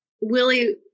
Willie